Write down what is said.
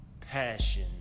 passion